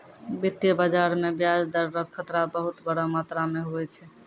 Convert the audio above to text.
वित्तीय बाजार मे ब्याज दर रो खतरा बहुत बड़ो मात्रा मे हुवै छै